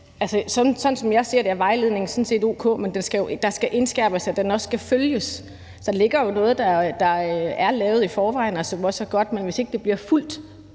sådan som jeg ser det, er vejledningen sådan set o.k., men det skal indskærpes, at den også skal følges. Så der ligger jo noget, der er lavet i forvejen, og som også er godt, men hvis ikke det bliver fulgt